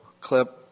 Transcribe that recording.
clip